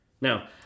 Now